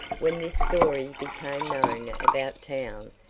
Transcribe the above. when this story became known about town,